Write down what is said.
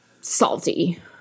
salty